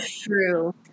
true